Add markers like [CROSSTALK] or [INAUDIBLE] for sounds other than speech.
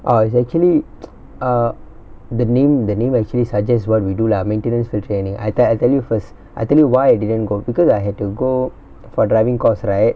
err is actually [NOISE] err the name the name actually suggest what we do lah maintenance field training I te~ I tell you first I tell you why I didn't go because I had to go for driving course right